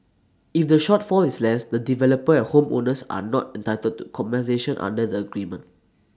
if the shortfall is less the developer and home owners are not entitled to compensation under the agreement